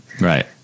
right